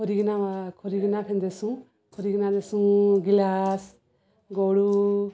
କରିକିନା କରିକିନା ଦେଶୁଁ ଦେସୁଁ ଗିଲାସ ଗଡ଼ୁ